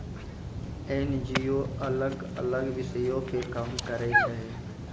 NGO अलग अलग विषयो पे काम करै छै